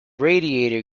radiator